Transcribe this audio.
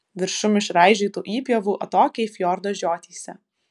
viršum išraižytų įpjovų atokiai fjordo žiotyse